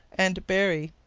and berry.